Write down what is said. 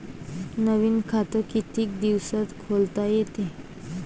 नवीन खात कितीक दिसात खोलता येते?